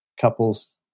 couples